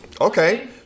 Okay